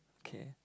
K